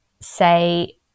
say